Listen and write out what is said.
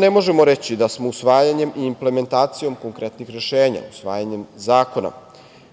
ne možemo reći da smo usvajanjem i implementacijom konkretnih rešenja, usvajanjem zakona